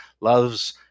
loves